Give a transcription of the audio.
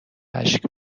اشک